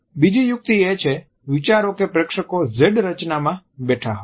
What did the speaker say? બીજી યુક્તિ એ છે વિચારો કે પ્રેક્ષકો Z રચનામાં બેઠા હોય